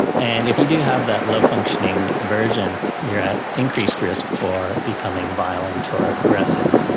and if you do have that low functioning version you are at increased risk for becoming violent or aggressive.